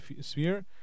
sphere